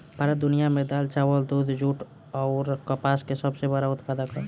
भारत दुनिया में दाल चावल दूध जूट आउर कपास के सबसे बड़ उत्पादक ह